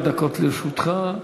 שבע דקות לרשותך.